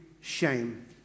shame